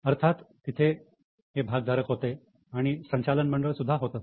अर्थात तिथे हे भाग धारक होते आणि संचालन मंडळ सुद्धा होतं